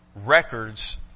records